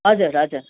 हजुर हजुर